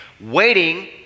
Waiting